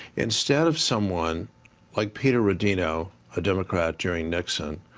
instead of someone like peter, and you know a democrat during nixon,